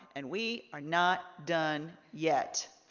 and we are not done yet.